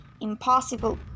impossible